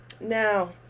now